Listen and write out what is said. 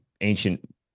ancient